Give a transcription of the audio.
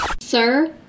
Sir